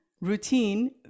routine